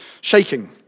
shaking